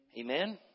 Amen